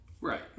Right